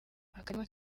akarima